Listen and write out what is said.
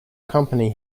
company